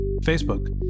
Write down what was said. Facebook